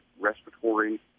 respiratory